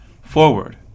Forward